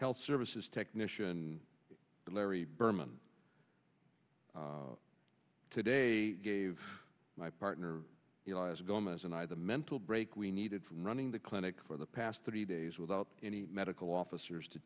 health services technician larry berman today gave my partner gomez and i the mental break we needed from running the clinic for the past thirty days without any medical officers to